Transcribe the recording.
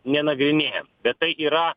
nenagrinėjom bet tai yra